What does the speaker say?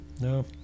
No